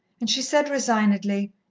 and she said resignedly,